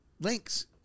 links